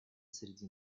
среди